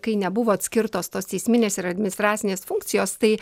kai nebuvo atskirtos tos teisminės ir administracinės funkcijos tai